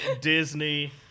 Disney